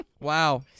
Wow